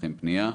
שולחים פנייה,